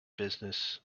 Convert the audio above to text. business